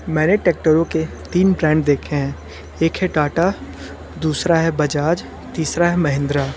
मैंने टेक्टरों के तीन ब्रैन देखे हैं एक है टाटा दूसरा है बजाज तीसरा है महिन्द्रा